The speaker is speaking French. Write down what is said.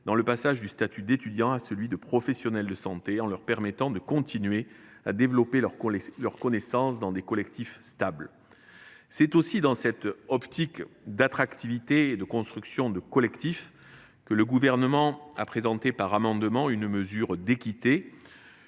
dans le passage du statut d’étudiant à celui de professionnel de santé, en leur permettant de continuer à développer leurs connaissances dans des équipes stables. C’est aussi dans cette optique visant à renforcer l’attractivité et la construction des collectifs que le Gouvernement a présenté par voie d’amendement une mesure d’équité,